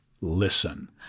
listen